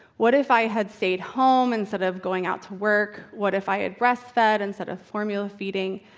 what if i had stayed home instead of going out to work? what if i had breastfed instead of formula feeding?